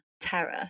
terror